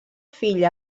fill